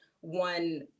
one